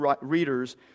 readers